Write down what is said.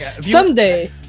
Someday